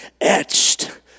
etched